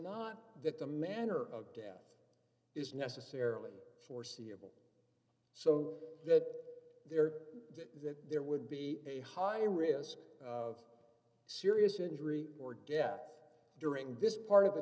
not that the manner of death is necessarily foreseeable so that there d that there would be a high risk of serious injury or death during this part of the